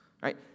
right